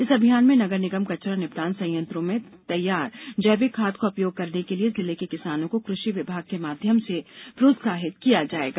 इस अभियान में नगर निगम कचरा निपटान संयंत्रों में तैयार जैविक खाद का उपयोग करने के लिए जिले के किसानों को कृषि विभाग के माध्यम से प्रोत्साहित किया जाएगा